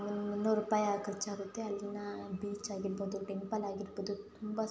ಮೂನ್ನೂರು ರೂಪಾಯಿ ಖರ್ಚಾಗುತ್ತೆ ಅಲ್ಲಿನ ಬೀಚ್ ಆಗಿರ್ಬೋದು ಟೆಂಪಲ್ ಆಗಿರ್ಬೋದು ತುಂಬ ಸುಪ್